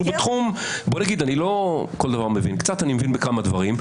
בתחום בו אני מבין ואני לא מבין בכל התחומים.